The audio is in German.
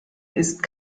ist